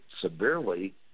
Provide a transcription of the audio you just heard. severely